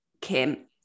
Kim